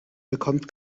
bekommt